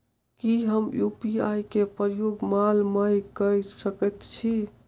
की हम यु.पी.आई केँ प्रयोग माल मै कऽ सकैत छी?